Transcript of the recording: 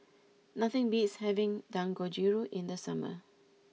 nothing beats having Dangojiru in the summer